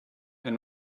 and